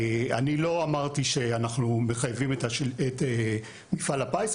אני לא אמרתי שאנחנו מחייבים את מפעל הפיס,